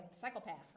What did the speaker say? psychopath